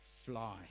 fly